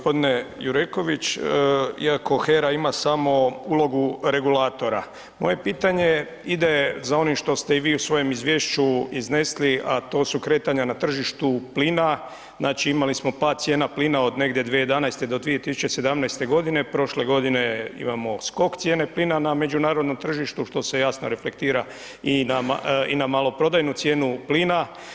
Poštovani gospodine Jureković, iako HERA ima samo ulogu regulatora moje pitanje ide za onim što ste i vi u svojem izvješću iznesli, a to su kretanja na tržištu plina, znači imali smo pad cijena plina od negdje 2011. do 2017. godine, prošle godine imamo skok cijene plina na međunarodnom tržištu što se jasno reflektira i na maloprodajnu cijenu plina.